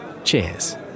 Cheers